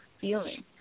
feeling